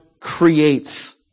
creates